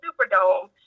Superdome